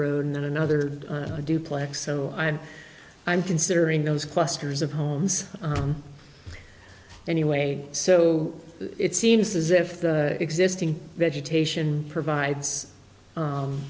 road and then another duplex so i'm i'm considering those clusters of homes anyway so it seems as if the existing vegetation provides